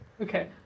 Okay